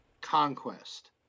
Conquest